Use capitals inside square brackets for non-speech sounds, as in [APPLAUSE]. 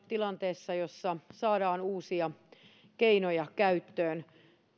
[UNINTELLIGIBLE] tilanteessa jossa saadaan uusia keinoja käyttöön